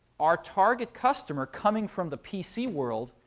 our target customer coming from the pc world,